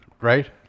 Right